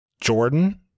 Jordan